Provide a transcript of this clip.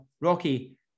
Rocky